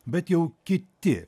bet jau kiti